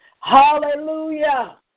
hallelujah